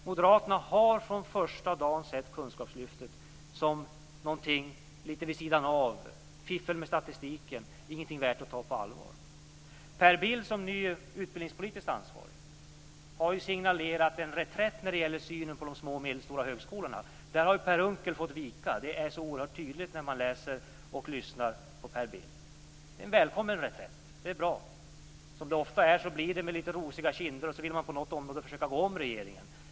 Moderaterna har från första dagen sett kunskapslyftet som någonting lite vid sidan av, som fiffel med statistiken och ingenting värt att ta på allvar. Per Bill har som ny utbildningspolitiskt ansvarig signalerat en reträtt när det gäller synen på de små och medelstora högskolorna. Där har Per Unckel fått vika. Det är oerhört tydligt när man läser och lyssnar på Per Bill. Det är en välkommen reträtt. Det är bra. Som så ofta blir det med lite rosiga kinder, och sedan vill man på något område försöka gå om regeringen.